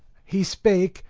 he spake,